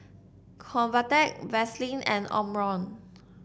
Convatec Vaselin and Omron